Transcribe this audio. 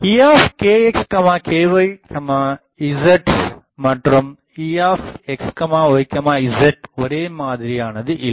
Ekx ky zமற்றும் Exyz ஒரே மாதிரியானது இல்லை